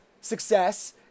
success